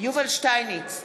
יובל שטייניץ,